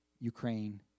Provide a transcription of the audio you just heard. Ukraine